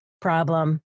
problem